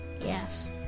Yes